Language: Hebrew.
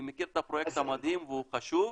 אני מכיר את הפרויקט המדהים והוא חשוב,